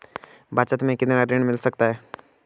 बचत मैं कितना ऋण मिल सकता है?